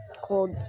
called